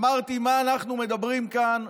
ואמרתי: מה אנחנו מדברים כאן,